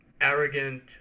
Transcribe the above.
arrogant